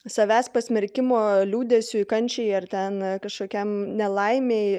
savęs pasmerkimo liūdesiui kančiai ar ten kažkokiam nelaimei